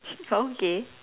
oh okay